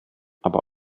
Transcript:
aber